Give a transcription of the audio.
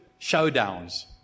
showdowns